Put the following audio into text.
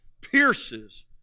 pierces